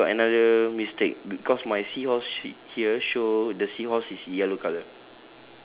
okay we got another mistake because my seahorse sh~ here show the seahorse is yellow colour